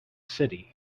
city